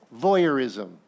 voyeurism